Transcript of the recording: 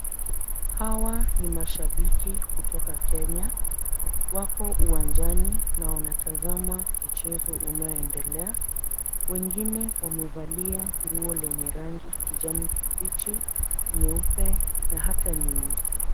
Hawa ni mashabiki kutoka Kenya, wako uwanjani na wanatazama mchezo unayoendelea. Wengine wamevalia nguo lenye rangi kijani kibichi, nyeupe na hata nyeusi.